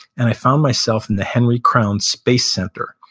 and i found myself in the henry crown space center.